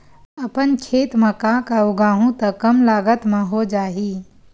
अपन खेत म का का उगांहु त कम लागत म हो जाही?